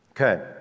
Okay